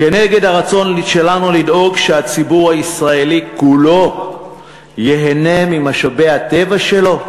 כנגד הרצון שלנו לדאוג שהציבור הישראלי כולו ייהנה ממשאבי הטבע שלו?